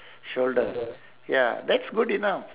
shoulder ya that's good enough